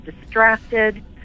distracted